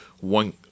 one